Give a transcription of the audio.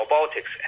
robotics